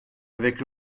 avec